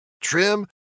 trim